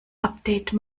update